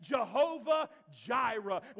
Jehovah-Jireh